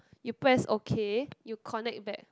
you press okay you connect back